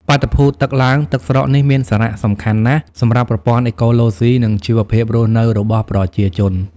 បាតុភូតទឹកឡើងទឹកស្រកនេះមានសារៈសំខាន់ណាស់សម្រាប់ប្រព័ន្ធអេកូឡូស៊ី និងជីវភាពរស់នៅរបស់ប្រជាជន។